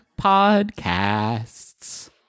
podcasts